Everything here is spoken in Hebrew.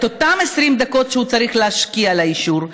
אותן 20 דקות שהוא צריך להשקיע באישור.